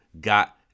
got